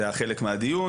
זה היה חלק מהדיון,